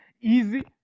easy